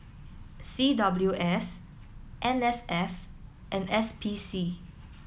C W S N S F and S P C